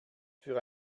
für